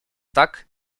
tak